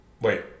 Wait